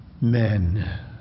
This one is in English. men